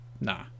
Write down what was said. nah